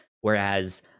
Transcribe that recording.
Whereas –